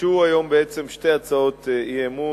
הוגשו היום בעצם שתי הצעות אי-אמון.